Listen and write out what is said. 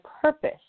purpose